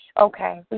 Okay